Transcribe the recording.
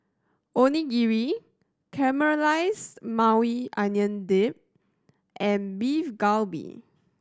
Onigiri Caramelized Maui Onion Dip and Beef Galbi